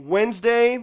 Wednesday